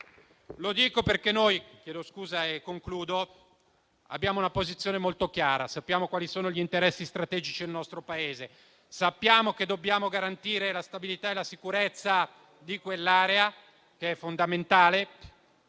Lo dico perché noi abbiamo una posizione molto chiara. Sappiamo quali sono gli interessi strategici del nostro Paese e sappiamo che dobbiamo garantire la stabilità e la sicurezza di quell'area, che è fondamentale.